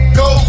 go